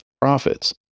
profits